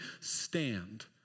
stand